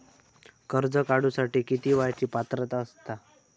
कर्ज काढूसाठी किती वयाची पात्रता असता?